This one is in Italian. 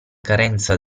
carenza